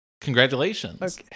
congratulations